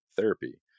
therapy